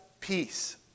peace